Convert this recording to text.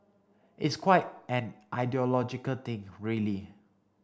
it's quite an ideological thing really